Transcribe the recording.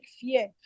fear